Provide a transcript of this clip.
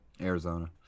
arizona